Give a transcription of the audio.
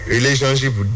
Relationship